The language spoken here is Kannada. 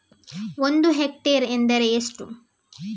ಒಂದು ಹೆಕ್ಟೇರ್ ಎಂದರೆ ಎಷ್ಟು?